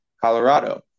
Colorado